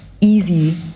easy